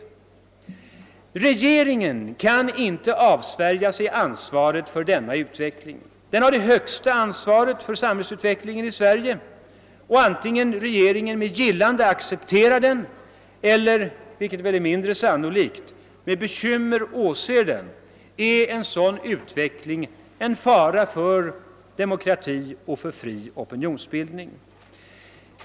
Regeringen kan inte avsvärja sig ansvaret för denna utveckling. Den har det högsta ansvaret för samhällsutvecklingen i Sverige. Antingen regeringen med gillande accepterar den eller — vilket väl är mindre sannolikt — med bekymmer åser den, är en sådan ut veckling en fara för demokrati och fri opinionsbildning.